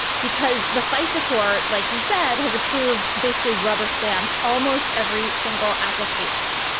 because the fisa court, like you said, has approved basically rubber stamped almost every single application.